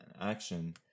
action